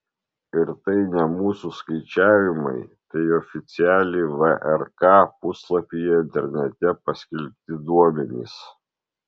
ir tai ne mūsų skaičiavimai tai oficialiai vrk puslapyje internete paskelbti duomenys